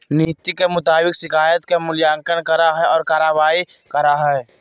नीति के मुताबिक शिकायत के मूल्यांकन करा हइ और कार्रवाई करा हइ